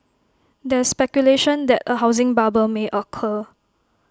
there's speculation that A housing bubble may occur